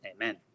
Amen